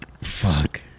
Fuck